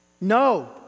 No